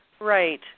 Right